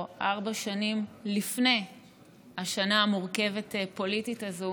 או ארבע השנים לפני השנה המורכבת פוליטית הזאת,